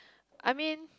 I mean